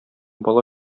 бала